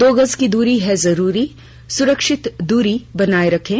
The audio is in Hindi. दो गज की दूरी है जरूरी सुरक्षित दूरी बनाए रखें